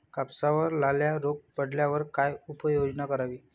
कापसावर लाल्या रोग पडल्यावर काय उपाययोजना करावी?